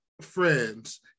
Friends